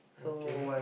okay